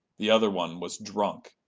the other one was drunk,